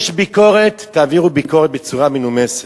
יש ביקורת, תעבירו ביקורת בצורה מנומסת,